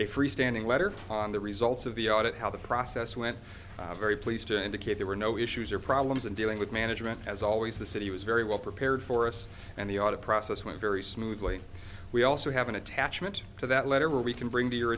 a freestanding letter on the results of the audit how the process went very pleased to indicate there were no issues or problems in dealing with management as always the city was very well prepared for us and the audit process went very smoothly we also have an attachment to that letter we can bring to your